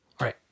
right